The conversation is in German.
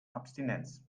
abstinenz